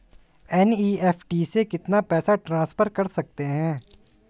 NEFT से कितना पैसा ट्रांसफर कर सकते हैं?